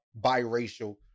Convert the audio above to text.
biracial